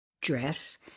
dress